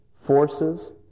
forces